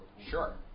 Sure